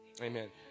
amen